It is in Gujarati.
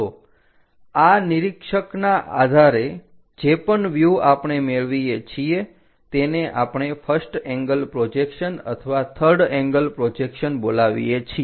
તો આ નિરીક્ષક ના આધારે જે પણ વ્યુહ આપણે મેળવીએ છીએ તેને આપણે ફર્સ્ટ એંગલ પ્રોજેક્શન અથવા થર્ડ એંગલ પ્રોજેક્શન બોલાવીએ છીએ